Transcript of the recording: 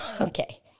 Okay